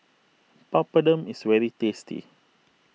Papadum is very tasty